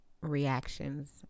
reactions